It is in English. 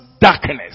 darkness